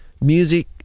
Music